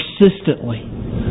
persistently